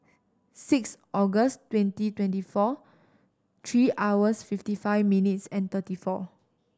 six August twenty twenty four three hours fifty five minutes and thirty four